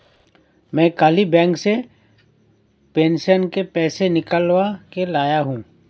मैं कल ही बैंक से पेंशन के पैसे निकलवा के लाया हूँ